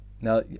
Now